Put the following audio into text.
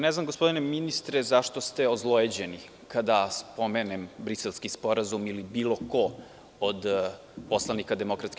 Ne znam, gospodine ministre, zašto ste ozlojeđeni kada spomenem Briselski sporazum ili bilo ko od poslanika DSS.